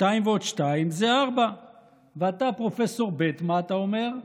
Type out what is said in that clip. "2 ועוד 2 זה 4". ואתה, פרופ' ב', מה אתה אומר?